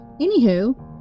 Anywho